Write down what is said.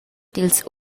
dils